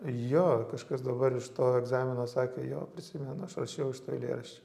jo kažkas dabar iš to egzamino sakė jo prisimena aš rašiau iš to eilėraščio